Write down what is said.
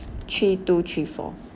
three two three four